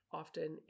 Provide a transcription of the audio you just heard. often